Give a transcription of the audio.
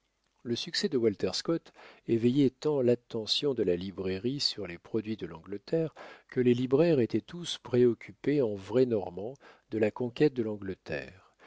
le succès de walter scott éveillait tant l'attention de la librairie sur les produits de l'angleterre que les libraires étaient tous préoccupés en vrais normands de la conquête de l'angleterre